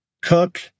cook